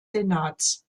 senats